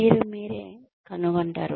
మీరు మీరే కనుగొంటారు